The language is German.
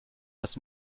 das